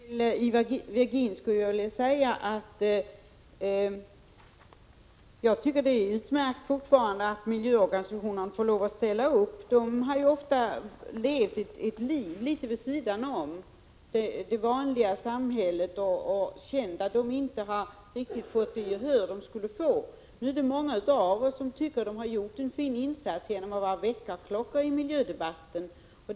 Herr talman! Till Ivar Virgin skulle jag vilja säga att jag tycker det fortfarande är utmärkt att miljöorganisationer får lov att ställa upp. De har ju ofta levt ett liv litet vid sidan om det vanliga samhället och känt att de inte riktigt har fått det gehör de borde få. Nu är det många av oss som tycker att de har gjort en fin insats genom att vara väckarklocka i miljödebatten.